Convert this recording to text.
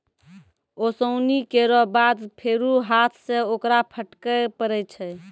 ओसौनी केरो बाद फेरु हाथ सें ओकरा फटके परै छै